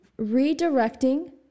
redirecting